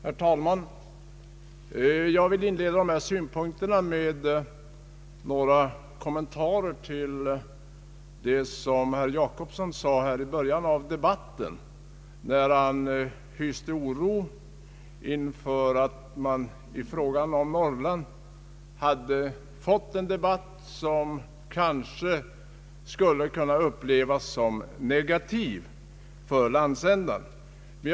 Herr talman! Jag vill inleda mitt anförande med några kommentarer till det som herr Per Jacobsson sade i början av debatten. Han hyste oro för att man hade fått en Norrlandsdebatt, som kanske skulle kunna upplevas såsom negativ för landsändan,.